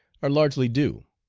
are largely due.